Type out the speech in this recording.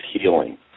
healing